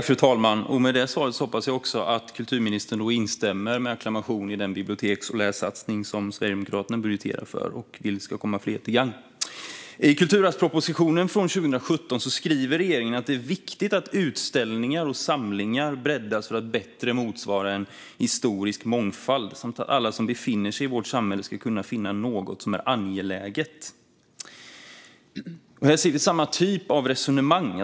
Fru talman! Med detta hoppas jag att kulturministern med acklamation instämmer i den biblioteks och lässatsning som Sverigedemokraterna har budgeterat för och vill ska komma fler till gagn. I Kulturarvspropositionen från 2017 skriver regeringen att det är viktigt att utställningar och samlingar breddas för att bättre motsvara en historisk mångfald och att alla som befinner sig i vårt samhälle ska kunna finna något som är angeläget. Här ser vi samma typ av resonemang.